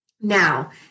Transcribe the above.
Now